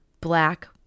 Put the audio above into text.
black